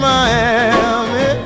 Miami